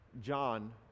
John